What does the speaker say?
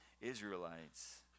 Israelites